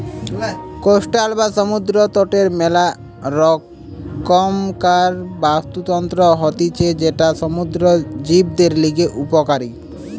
coastal বা সমুদ্র তটের মেলা রকমকার বাস্তুতন্ত্র হতিছে যেটা সমুদ্র জীবদের লিগে উপকারী